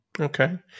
Okay